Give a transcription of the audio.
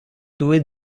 tue